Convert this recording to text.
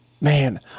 Man